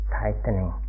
tightening